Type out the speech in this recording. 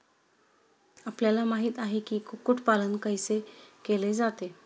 आपल्याला माहित आहे की, कुक्कुट पालन कैसे केले जाते?